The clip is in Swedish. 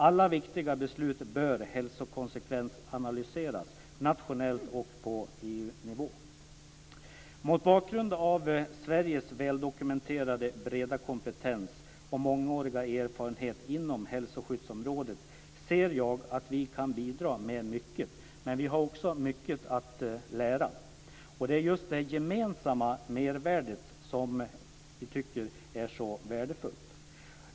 Alla viktiga beslut bör hälsokonsekvensanalyseras nationellt och på EU-nivå. Mot bakgrund av Sveriges väldokumenterade breda kompetens och mångåriga erfarenhet inom hälsoskyddsområdet ser jag att vi kan bidra med mycket. Men vi har också mycket att lära. Det är just det gemensamma mervärdet som vi tycker är så värdefullt.